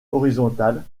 horizontales